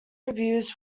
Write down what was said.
reviews